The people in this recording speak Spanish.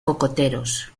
cocoteros